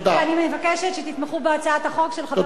ואני מבקשת שתתמכו בהצעות החוק של חבר הכנסת הרצוג ושלי.